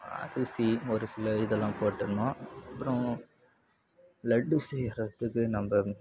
அரிசி ஒரு சில இதெலாம் போட்டுக்கணும் அப்புறம் லட்டு செய்யறதுக்கு நம்ப